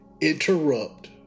interrupt